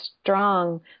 strong